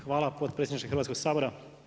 Hvala potpredsjedniče Hrvatskog sabora.